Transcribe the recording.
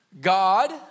God